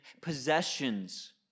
possessions